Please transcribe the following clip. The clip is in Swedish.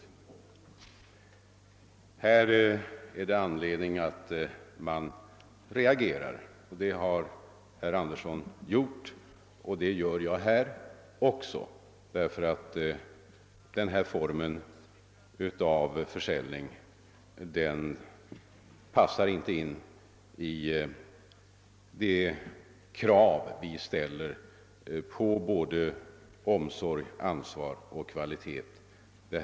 Härvidlag finns det anledning att reagera — det har herr Andersson i Örebro gjort och det gör jag också. Denna form av försäljning står inte i överensstämmelse med de krav vi ställer på omsorg, ansvar och kvalitet.